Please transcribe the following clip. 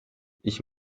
ich